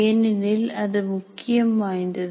ஏனெனில் அது முக்கியம் வாய்ந்தது